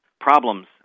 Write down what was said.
problems